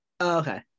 okay